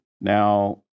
Now